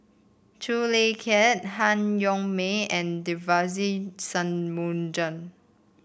Khoo Kay Hian Han Yong May and Devagi Sanmugam